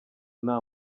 nta